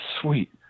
sweet